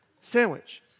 sandwich